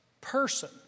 person